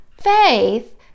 Faith